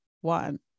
one